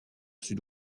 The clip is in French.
sud